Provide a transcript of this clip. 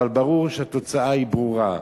אבל ברור שהתוצאה היא ברורה.